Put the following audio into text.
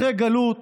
אחרי גלות